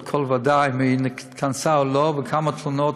כל ועדה אם היא התכנסה או לא וכמה תלונות,